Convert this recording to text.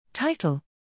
Title